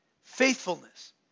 faithfulness